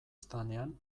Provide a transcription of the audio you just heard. standean